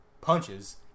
Punches